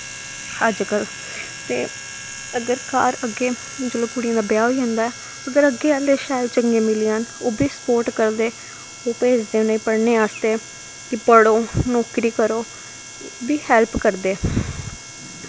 अज कल ते अगर घर अग्गे जिसले कुड़ियें दा ब्याह् होई जंदा ऐ अगर अग्गे असें शैल चंग्गे मिली जान ओह् बी स्पोर्ट करदे ओह् भेजदे उनेई पढ़ने आस्तै कि पढ़ो नौकरी करो ओह् बी हैल्प करदे